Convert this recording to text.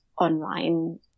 online